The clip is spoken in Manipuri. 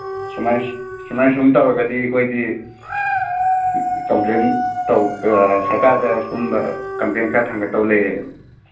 ꯁꯨꯃꯥꯏꯅ ꯁꯨꯝ ꯇꯧꯔꯒꯗꯤ ꯑꯩꯈꯣꯏꯗꯤ ꯀꯝꯄ꯭ꯂꯦꯟ ꯁꯔꯀꯥꯔꯗ ꯁꯨꯝꯕ ꯀꯝꯄ꯭ꯂꯦꯟ ꯈꯔ ꯊꯥꯡꯒꯠꯇꯧ ꯂꯩꯌꯦ